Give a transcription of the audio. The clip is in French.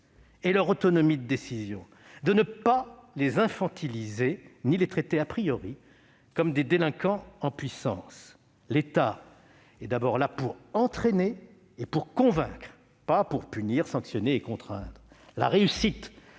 et leur autonomie de décision, de ne pas les infantiliser ni les traiter comme des délinquants en puissance. L'État est d'abord là pour entraîner et convaincre, pas pour punir, sanctionner et contraindre. La réussite